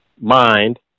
mind